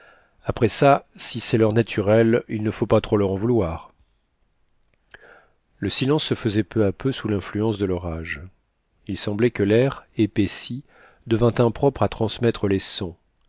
après ca si c'est leur naturel il ne faut pas trop leur en vouloir le silence se faisait peu à peu sous linfluence de l'orage il semblait que l'air épaissi devint impropre à transmettre les sons